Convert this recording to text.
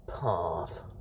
path